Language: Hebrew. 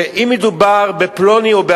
ואני חושב שהדבר הזה צריך להדליק נורה אדומה.